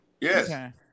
yes